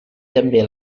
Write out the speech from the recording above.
també